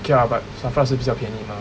okay lah but SAFRA 是比较便宜 mah